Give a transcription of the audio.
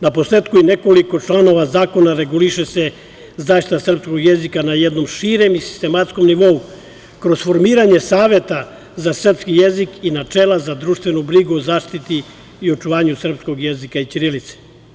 Naposletku, u nekoliko članova zakona reguliše se zaštita srpskog jezika na jednom širem i sistematskom nivou, kroz formiranje Saveta za srpski jezik i načela za društvenu brigu o zaštiti i očuvanju srpskog jezika i ćirilice.